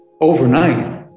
overnight